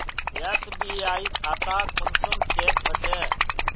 SBI खाता कुंसम check होचे?